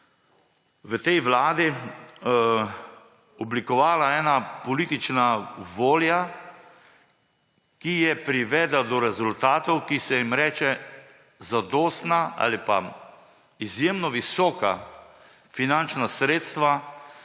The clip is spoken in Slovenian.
v tej vladi oblikovala ena politična volja, ki je privedla do rezultatov, ki se jim reče zadostna ali pa izjemno visoka finančna sredstva